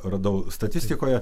radau statistikoje